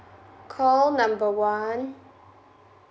call number one